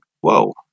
whoa